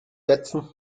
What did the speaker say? setzen